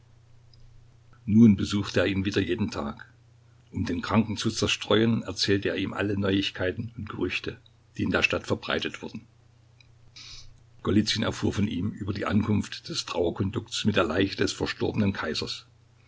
nun besuchte er ihn wieder jeden tag um den kranken zu zerstreuen erzählte er ihm alle neuigkeiten und gerüchte die in der stadt verbreitet wurden golizyn erfuhr von ihm über die ankunft des trauerkondukts mit der leiche des verstorbenen kaisers